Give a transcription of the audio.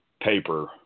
paper